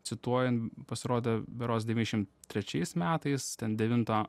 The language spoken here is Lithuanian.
cituoju pasirodo berods devyniasdešim trečiais metais ten devinto